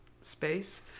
space